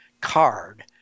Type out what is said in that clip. card